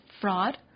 fraud